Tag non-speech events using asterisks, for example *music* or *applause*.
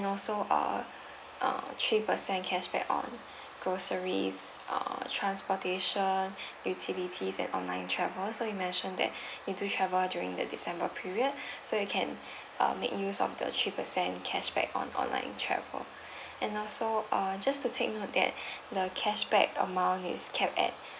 also uh uh three percent cashback on groceries uh transportation utilities and online travel so you mention that *breath* you do travel during the december period *breath* so you can um make use of the three percent cashback on online travel and also err just to take note that *breath* the cashback amount is capped at